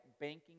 banking